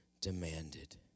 demanded